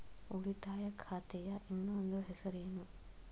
ಉಳಿತಾಯ ಖಾತೆಯ ಇನ್ನೊಂದು ಹೆಸರೇನು?